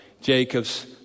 Jacob's